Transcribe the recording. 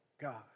God